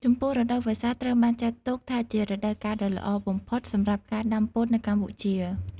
ចំពោះរដូវវស្សាត្រូវបានចាត់ទុកថាជារដូវកាលដ៏ល្អបំផុតសម្រាប់ការដាំពោតនៅកម្ពុជា។